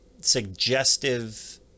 suggestive